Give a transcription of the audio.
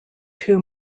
two